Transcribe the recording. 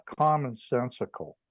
commonsensical